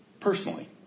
personally